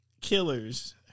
killers